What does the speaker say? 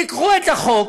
תיקחו את החוק,